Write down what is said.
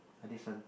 Adison